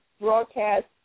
broadcast